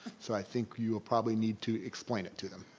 so i think you will probably need to explain it to them.